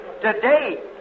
today